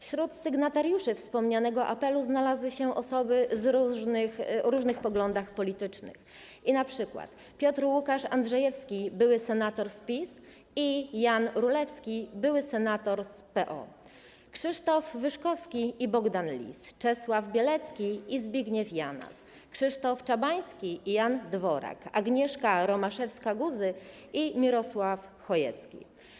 Wśród sygnatariuszy wspomnianego apelu znalazły się osoby o różnych poglądach politycznych, np. Piotr Łukasz Andrzejewski, były senator z PiS, i Jan Rulewski, były senator z PO, Krzysztof Wyrzykowski i Bogdan Lis, Czesław Bielecki i Zbigniew Janas, Krzysztof Czabański i Jan Dworak, Agnieszka Romaszewska-Guzy i Mirosław Chojecki.